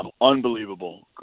Unbelievable